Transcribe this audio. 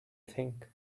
think